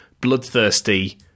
bloodthirsty